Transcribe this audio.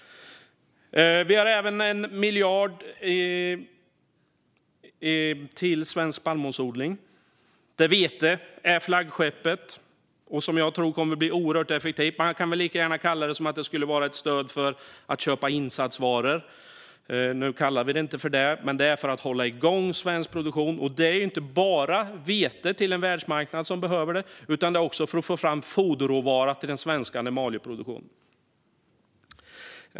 Vi har även 1 miljard till svensk spannmålsodling, där vete är flaggskeppet. Jag tror att det kommer att bli oerhört effektivt. Man kan lika gärna kalla det ett stöd för att köpa insatsvaror. Nu kallar vi det inte för det, men detta görs för att hålla igång svensk produktion. Det behövs inte bara för vete till världsmarknaden, utan också för att få fram foderråvara till den svenska animalieproduktionen.